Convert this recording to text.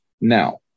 Now